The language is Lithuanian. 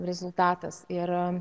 rezultatas ir